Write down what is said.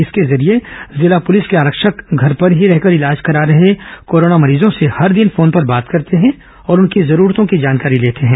इसके जरिए जिला पुलिस के आरक्षक घर पर ही रहकर इलाज करा रहे कोरोना मरीजों से हर दिन फोन पर बात करते हैं और उनकी जरूरतों की जानकारी लेते हैं